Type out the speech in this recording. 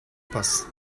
passe